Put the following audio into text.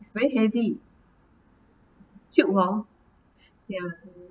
it's very heavy cute hor ya